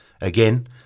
Again